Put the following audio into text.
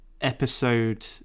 episode